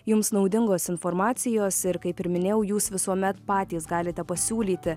jums naudingos informacijos ir kaip ir minėjau jūs visuomet patys galite pasiūlyti